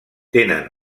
tenen